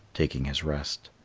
taking his rest.